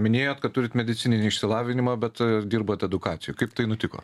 minėjot kad turit medicininį išsilavinimą bet dirbat edukacijoj kaip tai nutiko